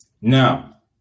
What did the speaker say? Now